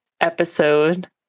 episode